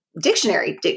dictionary